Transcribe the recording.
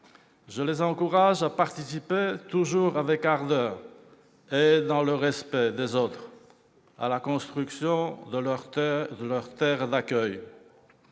Je les encourage à participer toujours avec ardeur, et dans le respect des autres, à la construction de leur terre d'accueil.